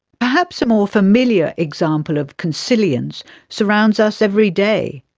perhaps a more familiar example of consilience surrounds us every day.